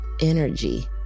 energy